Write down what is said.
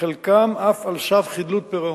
חלקם אפילו על סף חדלות פירעון.